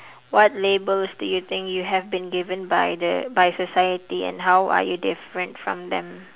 what labels do you think you have you been given by the by society and how are you different from them